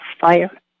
fire